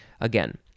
again